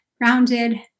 rounded